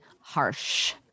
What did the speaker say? harsh